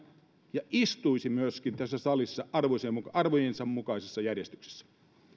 ja istuisi myöskin tässä salissa arvojensa mukaisessa järjestyksessä